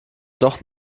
doch